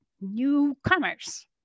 newcomers